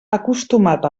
acostumat